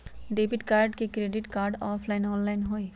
Debit card credit card offline online होई?